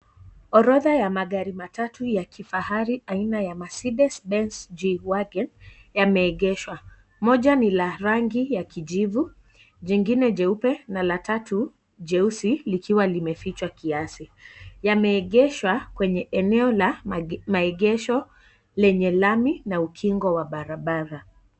Orodha ya magari matatu ya kifahari aina ya mercedes benz G- wagon yameegeshwa moja ni la rangi ya kijivu lingine jeupe na la tatu jeusi likiwa limefichwa kiasi yameegheshwa kwenye maegesho lenye rami na ukingo wa barabara.